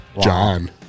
John